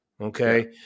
Okay